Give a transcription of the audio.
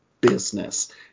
business